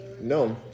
No